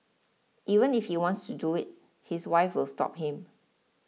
even if he wants to do it his wife will stop him